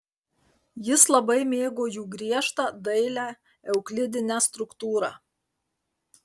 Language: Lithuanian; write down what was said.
jis labai mėgo jų griežtą dailią euklidinę struktūrą